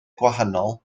gwahanol